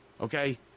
Okay